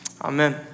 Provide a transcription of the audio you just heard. Amen